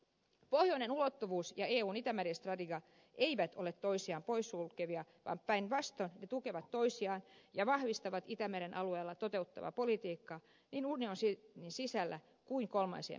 pohjoinen ulottuvuus ja eun itämeri strategia eivät ole toisiaan poissulkevia vaan päinvastoin ne tukevat toisiaan ja vahvistavat itämeren alueella toteutettavaa politiikkaa niin unionin sisällä kuin kolmansien maiden kanssa